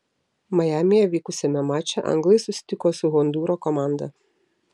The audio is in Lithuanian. majamyje vykusiame mače anglai susitiko su hondūro komanda